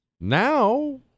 Now